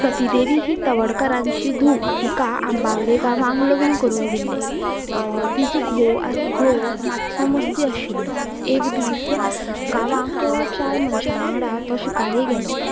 सतीदेवी ही तवडकरांची धूव तिका आंबावले गांवांत लग्न करून दिल्ली तिजो घोव घोव मात्सो मस्ती आशिल्लो एक दीस गांवांत चार मनशां वांगडा तो शिकारेक गेलो